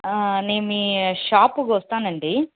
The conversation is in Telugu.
నేను మీ షాప్కు వస్తాను అండి